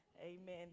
amen